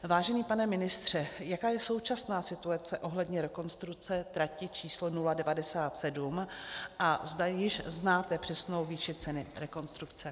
Vážený pane ministře, jaká je současná situace ohledně rekonstrukce trati číslo 097 a znáte již přesnou výši ceny rekonstrukce?